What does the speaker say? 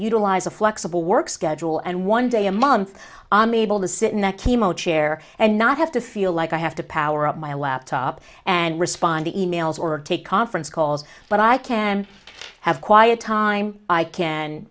utilize a flexible work schedule and one day a month on me able to sit in the chemo chair and not have to feel like i have to power up my laptop and respond to emails or take conference calls but i can have quiet time i can